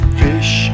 fish